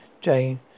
Jane